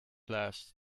last